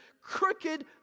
crooked